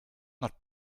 not